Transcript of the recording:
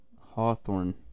Hawthorne